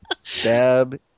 Stab